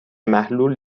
محلول